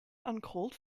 uncalled